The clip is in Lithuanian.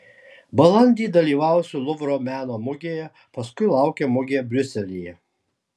balandį dalyvausiu luvro meno mugėje paskui laukia mugė briuselyje